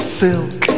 silk